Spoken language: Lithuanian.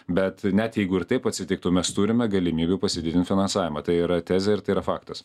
bet net jeigu ir taip atsitiktų mes turime galimybių pasididint finansavimą tai yra tezė ir tai yra faktas